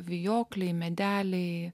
vijokliai medeliai